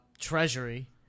treasury